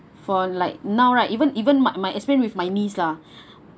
for like now right even even my my explained with my niece lah